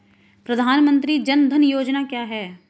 प्रधानमंत्री जन धन योजना क्या है?